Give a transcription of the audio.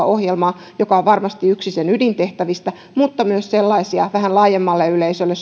ohjelmaa joka on varmasti yksi sen ydintehtävistä mutta myös sellaisia vähän laajemmalle yleisölle